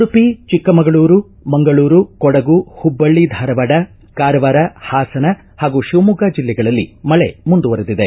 ಉಡುಪಿ ಚಿಕ್ಕಮಗಳೂರು ಮಂಗಳೂರು ಕೊಡಗು ಹುಬ್ಬಳ್ಳಿ ಧಾರವಾಡ ಕಾರವಾರ ಹಾಸನ ಹಾಗೂ ಶಿವಮೊಗ್ಗಾ ಜಿಲ್ಲೆಗಳಲ್ಲಿ ಮಳೆ ಮುಂದುವರಿದಿದೆ